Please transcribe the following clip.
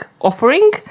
offering